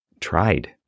tried